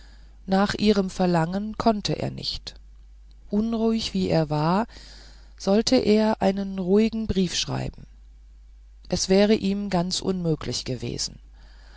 nach ihrem verlangen konnte er nicht unruhig wie er war sollte er einen ruhigen brief schreiben es wäre ihm ganz unmöglich gewesen